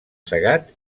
segat